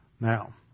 Now